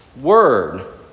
word